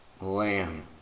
lamb